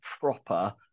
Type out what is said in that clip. proper